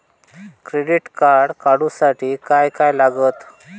Credit card काढूसाठी काय काय लागत?